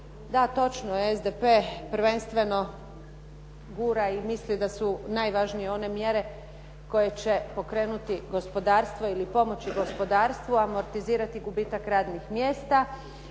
Da točno je, SDP prvenstveno gura i misli da su najvažnije one mjere koje će pokrenuti gospodarstvo ili pomoći gospodarstvu, amortizirati gubitak radnih mjesta